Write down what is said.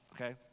okay